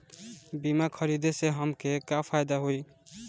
बीमा खरीदे से हमके का फायदा होई?